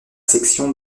section